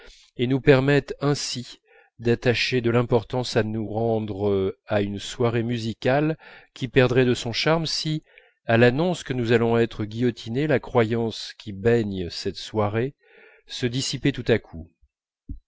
et nous permettent ainsi d'attacher de l'importance à nous rendre à une soirée musicale qui perdrait de son charme si à l'annonce que nous allons être guillotinés la croyance qui baigne cette soirée se dissipait tout à coup